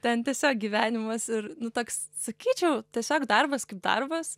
ten tiesiog gyvenimas ir nu toks sakyčiau tiesiog darbas darbas